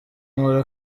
nkora